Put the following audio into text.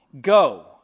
Go